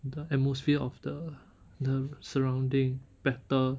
the atmosphere of the the surrounding better